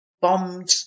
bombed